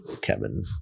Kevin